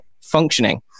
functioning